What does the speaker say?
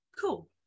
cool